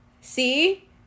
see